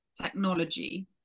technology